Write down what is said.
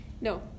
No